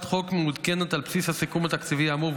חוק מעודכנת על בסיס הסיכום התקציבי האמור,